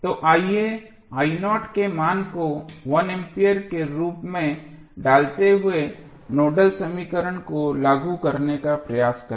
तो आइए के मान को 1 एम्पीयर के रूप में डालते हुए नोडल समीकरण को लागू करने का प्रयास करें